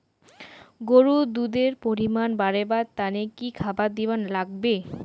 গরুর দুধ এর পরিমাণ বারেবার তানে কি খাবার দিবার লাগবে?